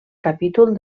capítol